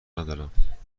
ندارم